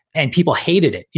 and people hated it.